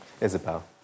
Isabel